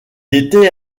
était